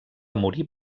morir